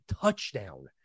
touchdown